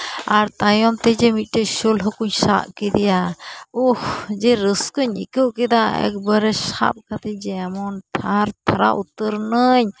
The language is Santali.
ᱟᱨ ᱛᱟᱭᱚᱢ ᱛᱮ ᱡᱮ ᱢᱤᱫ ᱴᱮᱡ ᱥᱳᱞ ᱦᱟᱹᱠᱩᱧ ᱥᱟᱵ ᱠᱮᱫᱟᱭᱟ ᱳᱦ ᱡᱮ ᱨᱟᱹᱥᱠᱟᱹᱧ ᱟᱹᱭᱠᱟᱹᱣ ᱠᱮᱫᱟ ᱮᱠᱵᱟᱨᱮ ᱥᱟᱵ ᱠᱟᱛᱮ ᱜᱮ ᱮᱢᱚᱱ ᱛᱷᱟᱨᱛᱷᱟᱨᱟᱣ ᱩᱛᱟᱹᱨᱱᱟᱹᱧ